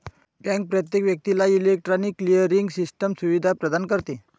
bank प्रत्येक व्यक्तीला electronic clearing system सुविधा प्रदान करते